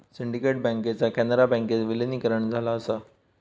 syndicate बँकेचा कॅनरा बँकेत विलीनीकरण झाला असा